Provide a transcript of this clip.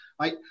right